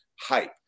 hype